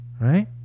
right